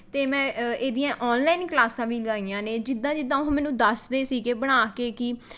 ਅਤੇ ਮੈਂ ਇਹਦੀਆਂ ਔਨਲਾਈਨ ਕਲਾਸਾਂ ਵੀ ਲਗਾਈਆਂ ਨੇ ਜਿੱਦਾਂ ਜਿੱਦਾਂ ਉਹ ਮੈਨੂੰ ਦੱਸਦੇ ਸੀਗੇ ਬਣਾ ਕੇ ਕੀ